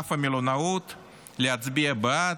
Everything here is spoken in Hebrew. בענף המלונאות להצביע בעד,